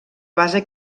base